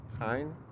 fine